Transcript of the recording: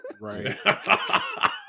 right